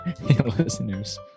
listeners